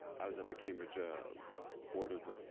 i was at the cambridge ah board of